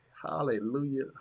Hallelujah